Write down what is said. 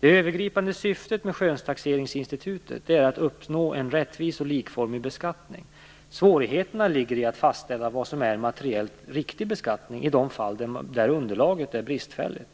Det övergripande syftet med skönstaxeringsinstitutet är att uppnå en rättvis och likformig beskattning. Svårigheterna ligger i att fastställa vad som är en materiellt riktig beskattning i de fall där underlaget är bristfälligt.